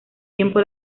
tiempo